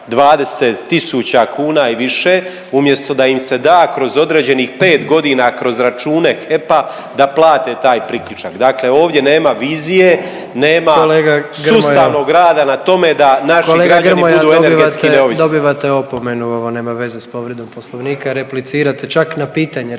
20 000 kuna i više umjesto da im se da kroz određenih pet godina kroz račune HEP-a da plate taj priključak. Dakle, ovdje nema vizije, nema sustavnog rada na tome da naši građani budu energetski neovisni. **Jandroković, Gordan (HDZ)** Kolega Grmoja dobivate opomenu. Ovo nema veze sa povredom Poslovnika. Replicirate čak na pitanje replicirate,